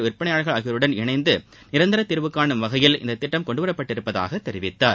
விற்பனையாளர்கள் ஆகியோருடன் இணைந்து நிரந்தர தீர்வுகானும் வகையில் இத்திட்டம் கொண்டுவரப்பட்டுள்ளதாக தெரிவித்தார்